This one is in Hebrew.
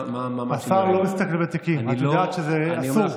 השר לא מסתכל בתיקים, את יודעת שזה גם אסור.